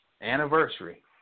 Anniversary